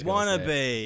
Wannabe